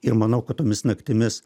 ir manau kad tomis naktimis